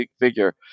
figure